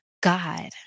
God